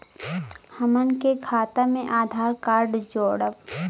हमन के खाता मे आधार कार्ड जोड़ब?